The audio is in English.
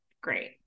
Great